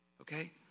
Okay